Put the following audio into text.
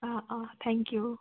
O oh thank U